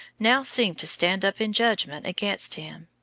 now seemed to stand up in judgment against him.